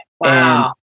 Wow